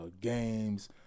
games